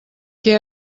què